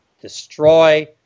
destroy